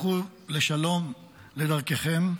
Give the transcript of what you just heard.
לכו לשלום לדרככם.